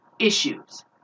issues